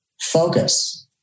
focus